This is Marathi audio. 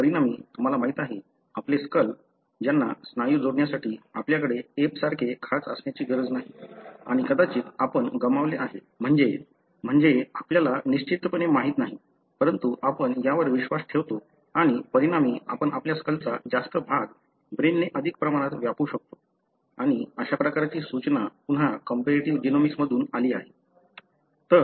परिणामी तुम्हाला माहीत आहे आपले स्कल त्यांना स्नायू जोडण्यासाठी आपल्याकडे एप्ससारखे खाच असण्याची गरज नाही आणि कदाचित आपण गमावले आहे म्हणजे आपल्याला निश्चितपणे माहित नाही परंतु आपण यावर विश्वास ठेवतो आणि परिणामी आपण आपल्या स्कलचा जास्त भाग ब्रेनने अधिक प्रमाणात व्यापू शकतो आणि अशा प्रकारची सूचना पुन्हा कंपॅरेटिव्ह जीनोमिक्स मधून आली आहे